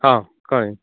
हां कळ्ळें